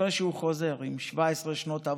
אחרי שהוא חוזר עם 17 שנות עבודה.